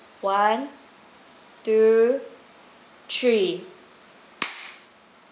one two three